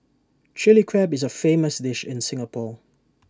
Chilli Crab is A famous dish in Singapore